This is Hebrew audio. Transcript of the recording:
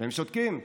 והם שותקים.